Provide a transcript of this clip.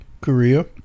Korea